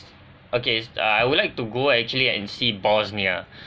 okay I would like to go actually and see bosnia